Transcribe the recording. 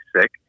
sick